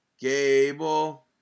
Gable